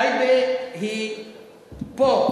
טייבה היא פה.